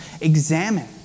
examine